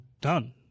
done